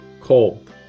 cold